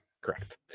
Correct